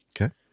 Okay